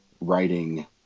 writing